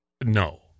no